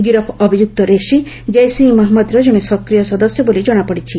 ଗିରଫ ଅଭିଯୁକ୍ତ ରେସି ଜେିସେ ମହଞ୍ଜଦର ଜଣେ ସକ୍ରିୟ ସଦସ୍ୟ ବୋଲି ଜଣାପଡ଼ିଛି